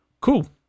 Cool